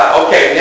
okay